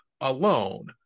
alone